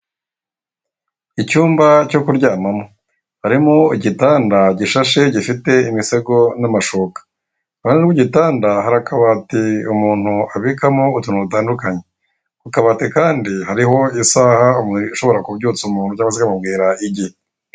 Icyumba cyo kuryamamo harimo igitanda gishashe gifite imisego n'amashuka, iruhande rw'igitanda hari akabati umuntu abikamo utuntu dutandukanye. Ku kabati kandi hariho isaha ishobora kubyutsa umuntu cyangwa se ikamubwira igihe.